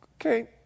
Okay